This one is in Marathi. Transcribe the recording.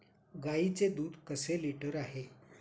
गाईचे दूध कसे लिटर आहे?